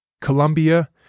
Colombia